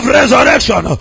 resurrection